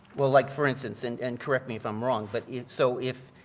well, like for instance, and and correct me if i'm wrong, but if so if